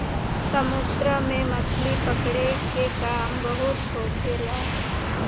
समुन्द्र में मछली पकड़े के काम बहुत होखेला